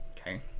Okay